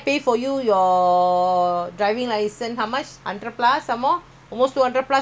நான்கேக்குறகேள்விக்குமட்டும்பத்திசொல்லுஇப்பஇருக்க:naan keekkura keelvikku mattum pathil sollu ippa irukka sitaution how we must control ourselves